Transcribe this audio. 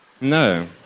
No